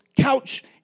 couch